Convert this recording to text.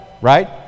right